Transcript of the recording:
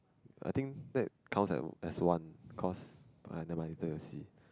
I think that counts as as one cause err never mind late we'll see